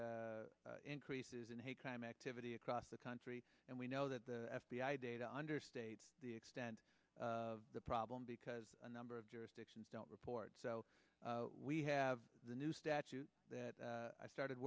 increases in hate crime activity across the country and we know that the f b i data understate the extent of the problem because a number of jurisdictions don't report so we have the new statute that i started